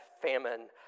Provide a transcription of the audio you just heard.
famine